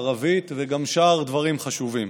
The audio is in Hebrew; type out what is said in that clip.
ערבית וגם את שאר הדברים החשובים.